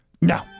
No